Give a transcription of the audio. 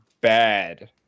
bad